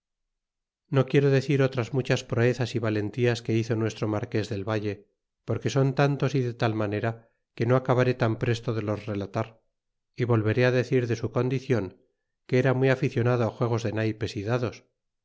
no quiero decir otras muchas proezas y valentías que hizo nuestro marques del valle porque son tantos y de tal manera que no acabaré tan presto de los relatar y volveré decir de su condicion que era muy aficionado juegos de naypes é dados